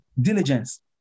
Diligence